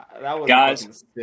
Guys